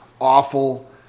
awful